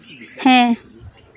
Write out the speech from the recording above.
ᱦᱮᱸ